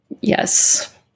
yes